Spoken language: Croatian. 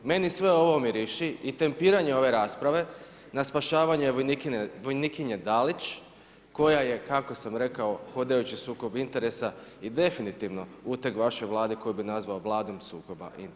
Meni sve ovo miriši i tempiranje ove rasprave na spašavanje vojnikinje Dalić koja je kako sam rekao hodajući sukob interesa i definitivno uteg vaše Vlade koju bi nazvao vladom sukoba interesa.